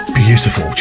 beautiful